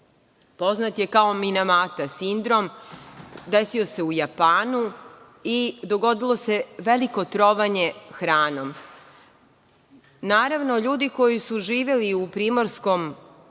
poznat je kao „minamata“ sindrom, desio se u Japanu i dogodilo se veliko trovanje hranom. Naravno, ljudi koji su živeli u primorskom